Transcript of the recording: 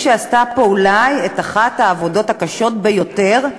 שעשתה פה אולי את אחת העבודות הקשות ביותר,